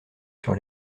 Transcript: sur